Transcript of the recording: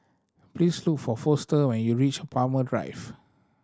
please look for Foster when you reach Farrer Drive